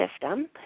system